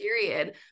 period